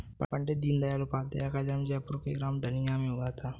पण्डित दीनदयाल उपाध्याय का जन्म जयपुर के ग्राम धनिया में हुआ था